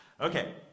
Okay